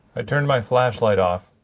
i turned my flashlight off.